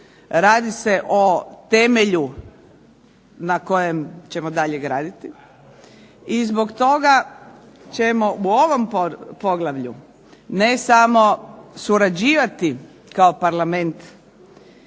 Radi se o temelju na kojem ćemo dalje graditi i zbog toga ćemo u ovom poglavlju ne samo surađivati kao Parlament,